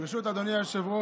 ברשות אדוני היושב-ראש,